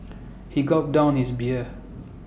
he gulped down his beer